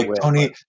Tony